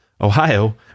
Ohio